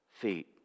feet